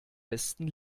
besten